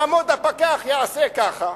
יעמוד הפקח, יעשה ככה.